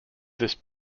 this